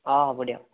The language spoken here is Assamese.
অ হ'ব দিয়ক